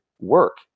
work